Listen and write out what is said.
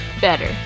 better